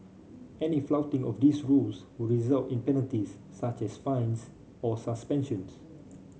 any flouting of these rules would result in penalties such as fines or suspensions